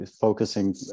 focusing